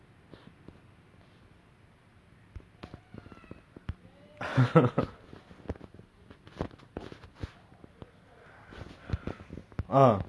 on my own I just run around and like play with my friends and all and football I used to play um I started off playing as a striker that means all the way up at the top